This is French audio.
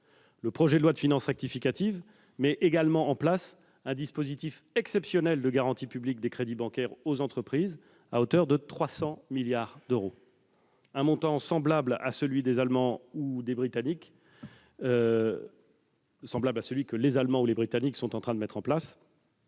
Le projet de loi de finances rectificative met par ailleurs en place un dispositif exceptionnel de garantie publique des crédits bancaires aux entreprises, à hauteur de 300 milliards d'euros, soit un montant comparable à ceux que les Allemands ou les Britanniques sont en train de mobiliser.